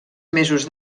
mesos